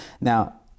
Now